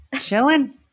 Chilling